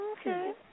Okay